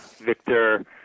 Victor